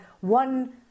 one